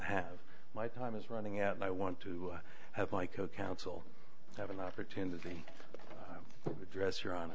have my time is running out and i want to have my co counsel have an opportunity to dress her on